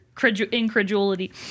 incredulity